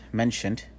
mentioned